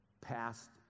past